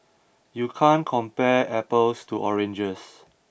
you can't compare apples to oranges